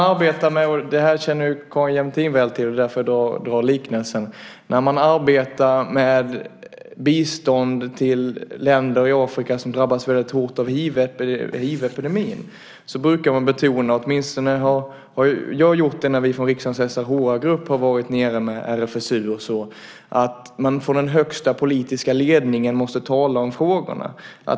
Detta känner Carin Jämtin väl till, och det är därför jag gör liknelsen: När man arbetar med bistånd till länder i Afrika som drabbats väldigt hårt av hivepidemin brukar man betona - åtminstone har jag gjort det när vi från riksdagens SRHR-grupp har varit nere med RFSU och så vidare - att man från den högsta politiska ledningen måste tala om frågorna.